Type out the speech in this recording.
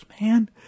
man